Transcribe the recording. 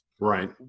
Right